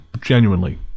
genuinely